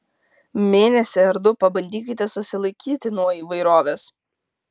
mėnesį ar du pabandykite susilaikyti nuo įvairovės